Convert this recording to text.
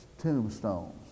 tombstones